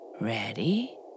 Ready